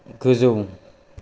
गोजौ